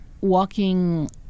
walking